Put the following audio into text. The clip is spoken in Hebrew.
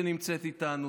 שנמצאת איתנו,